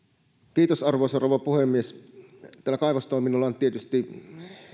tässä arvoisa rouva puhemies tällä kaivostoiminnalla on tietysti